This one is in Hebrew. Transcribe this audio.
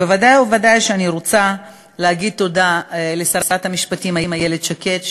בוודאי ובוודאי אני רוצה להגיד תודה לשרת המשפטים איילת שקד,